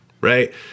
right